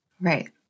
Right